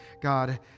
God